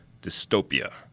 Dystopia